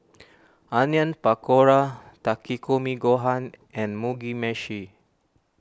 Onion Pakora Takikomi Gohan and Mugi Meshi